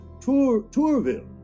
Tourville